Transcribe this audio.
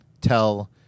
tell